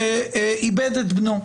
שאיבד את בנו.